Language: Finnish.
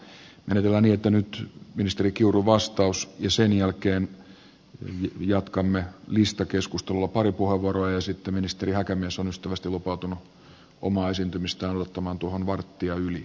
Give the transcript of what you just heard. menetellään niin että nyt ministeri kiuru vastaa ja sen jälkeen jatkamme listakeskustelulla pari puheenvuoroa ja sitten ministeri häkämies on ystävällisesti lupautunut omaa esiintymistään odottamaan tuohon varttia yli kahteen